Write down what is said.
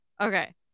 Okay